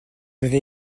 avez